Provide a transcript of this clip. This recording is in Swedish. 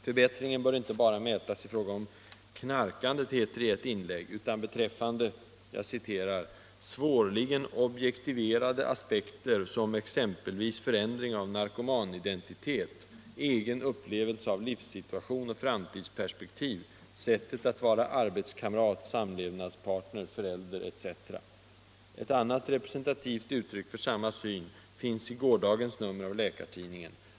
Förbättringen bör inte bara mätas i fråga om knarkandet, heter det i ett inlägg, utan beträffande ”svårligen objektiverade aspekter som exempelvis förändring av narkomanidentitet, egen upplevelse av livssituation och framtidsperspektiv, sättet att vara arbetskamrat-samlevnadspartner-förälder etc”. Ett annat representativt uttryck för samma syn finns i gårdagens nummer av Läkartidningen.